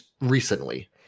recently